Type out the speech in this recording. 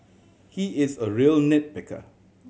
he is a real nit picker